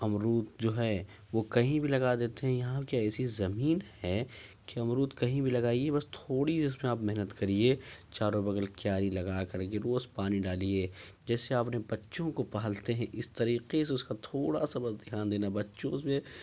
امرود جو ہے وہ کہیں بھی لگا دیتے ہیں یہاں کی ایسی زمین ہے کہ امرود کہیں بھی لگائیے بس تھوڑی سی اس میں آپ محنت کریے چاروں بغل کیاری لگا کر کے روز پانی ڈالیے جیسے آپ اپنے بچوں کو پالتے ہیں اس طریقے سے اس کا تھوڑا سا بس دھیان دینا بچوں میں